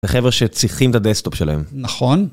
לחבר שצריכים את הדסקטופ שלהם. נכון.